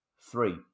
Three